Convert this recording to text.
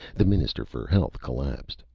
the minister for health collapsed.